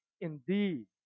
indeed